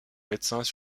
médecins